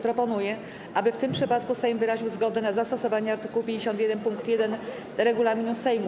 Proponuję, aby w tym przypadku Sejm wyraził zgodę na zastosowanie art. 51 pkt 1 regulaminu Sejmu.